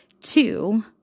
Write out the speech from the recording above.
Two